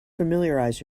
familiarize